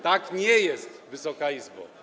Tak nie jest, Wysoka Izbo.